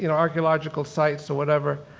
and archeological sites or whatever